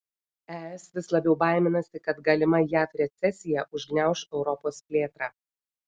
es vis labiau baiminasi kad galima jav recesija užgniauš europos plėtrą